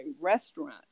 restaurant